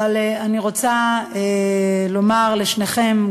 אבל אני רוצה לומר לשניכם,